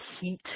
heat